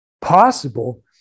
possible